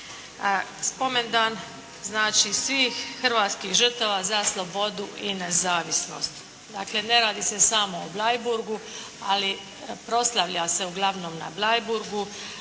Spomendan znači svih hrvatskih žrtava za slobodu i nezavisnost. Dakle, ne radi se samo o Bleiburgu, ali proslavlja se uglavnom na Bleiburgu.